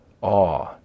awe